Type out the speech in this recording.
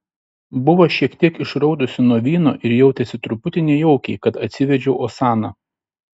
buvo šiek tiek išraudusi nuo vyno ir jautėsi truputį nejaukiai kad atsivedžiau osaną